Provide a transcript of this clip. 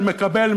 מקבל.